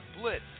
Blitz